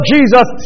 Jesus